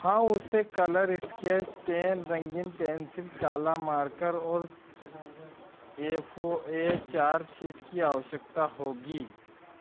हाँ उसे colour sketch pen रंगीन पेंसिल काला मार्कर और ए फो ए चार शीट की आवश्यकता होगी